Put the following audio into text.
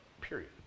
Period